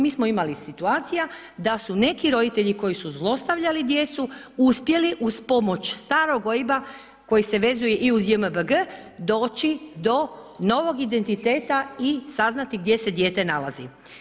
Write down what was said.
Mi smo imali situacija da su neki roditelji koji su zlostavljali djecu uspjeli, uz pomoć starog OIB-a koji se vezuje i uz JMBG doći do novog identiteta i saznati gdje se dijete nalazi.